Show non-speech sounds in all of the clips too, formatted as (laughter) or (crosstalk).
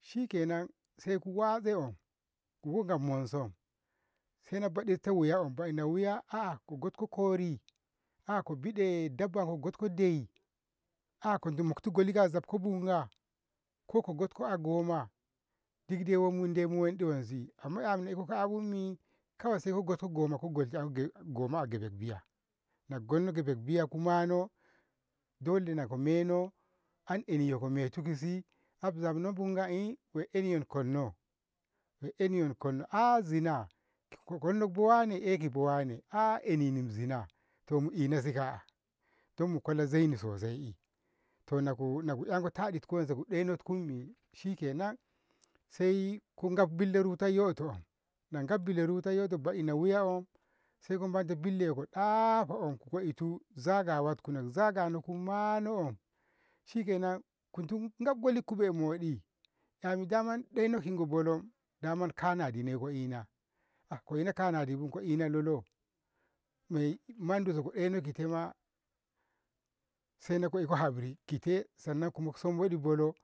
shikenan saiku watse kugoga monsum saina baɗito wuya nawuya aa gotko kori aa kobiɗe dabbatko de'i aa (unintelligible) koko gotko a goma dikdai wommun daizini amma 'yammi iko 'yabummi kawai saiko goko goma ko golshenge goma a gebeb biya kumano dole nako meno an ehko metu kisi harzabno bunga ei- eyya gonno ehnikon ah zina koki bowayene eh kokiwane ah ehneni zina to mu inasi ka'a dan mukola zaini sosai to ku enko taditku wanse ku ɗenatkunni shikean saiku gafko billa rutoyyoto nagaf rutayyoto ba'ino wuyawo saiko monte billeko dahko ke itu zagawatkuno, zagano ku mano shikenan kutun golitku be'e miɗi daman 'yami ɗeino ki gobolo damat kanadime ko ina, ah ko ina kanadibu ko ina lolo mondu so ko deno kitema saikoleko e'haburi kite sannan ku'eh samboɗi bolo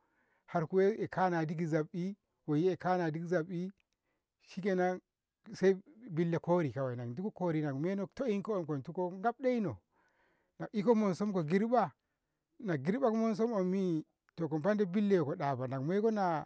harku eh kanadi ki zabbi goiye kanadi ki zabbi shikenan sai billa kori kawai, nadukko kori kumenot to'inko baito kom ɗeno mediko enko monsum magriba, magriba ko monsum wammi to kobona bille ko ɗafana moikona.